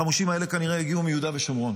החמושים האלה כנראה הגיעו מיהודה ושומרון.